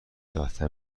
ساعته